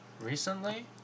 Recently